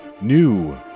new